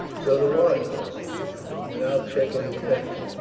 so do i, beric agreed, but without checking his pace.